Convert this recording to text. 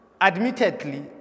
Admittedly